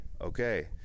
okay